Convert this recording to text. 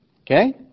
Okay